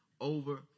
over